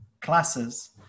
classes